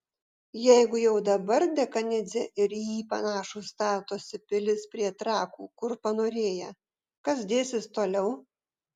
jeigu jau dabar dekanidzė ir į jį panašūs statosi pilis prie trakų kur panorėję kas dėsis toliau